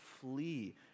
flee